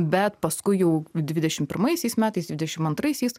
bet paskui jau dvidešimt pirmaisiais metais dvidešim antraisiais